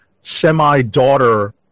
semi-daughter